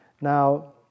Now